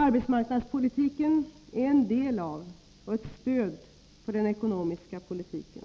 Arbetsmarknadspolitiken är en del av och ett stöd för den ekonomiska politiken.